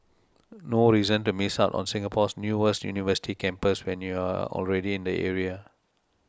no reason to miss out on Singapore's newest university campus when you're already in the area